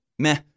meh